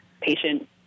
patient